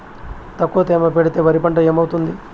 తక్కువ తేమ పెడితే వరి పంట ఏమవుతుంది